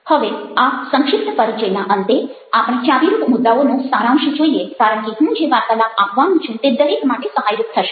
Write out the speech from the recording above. હવે આ સંક્ષિપ્ત પરિચયના અંતે આપણે ચાવીરૂપ મુદ્દાઓનો સારાંશ જોઈએ કારણ કે હું જે વાર્તાલાપ આપવાનો છું તે દરેક માટે સહાયરૂપ થશે